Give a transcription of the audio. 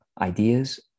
ideas